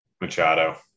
Machado